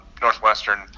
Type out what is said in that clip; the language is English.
Northwestern